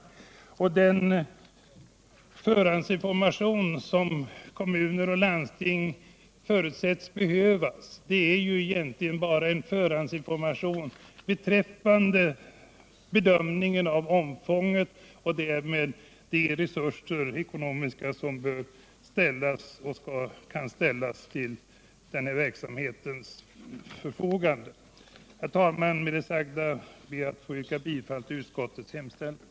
Vad sedan gäller den förhandsinformation som kommuner och landsting förutsatts behöva, så gäller det egentligen bara en information för bedömning av omfånget av utbildningsverksamheten och de ekonomiska resurser som skall ställas till verksamhetens förfogande. Herr talman! Med det sagda ber jag få yrka bifall till utskottets hemställan.